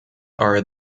are